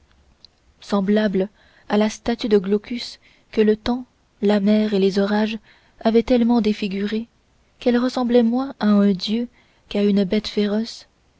semblable à la statue de glaucus que le temps la mer et les orages avaient tellement défigurée qu'elle ressemblait moins à un dieu qu'à une bête féroce